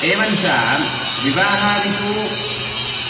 एवञ्च विवाहादिषु